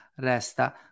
resta